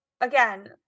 again